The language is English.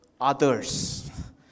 others